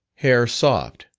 hair soft,